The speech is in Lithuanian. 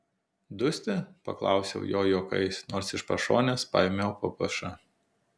dusti paklausiau jo juokais nors iš pašonės paėmiau ppš